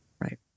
right